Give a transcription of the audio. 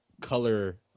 color